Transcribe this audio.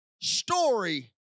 story